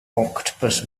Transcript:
octopus